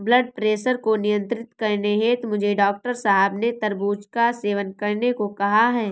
blood pressure को नियंत्रित करने हेतु मुझे डॉक्टर साहब ने तरबूज का सेवन करने को कहा है